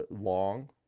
long